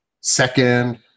Second